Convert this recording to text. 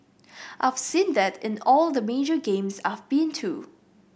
I've seen that in all the major games I've been too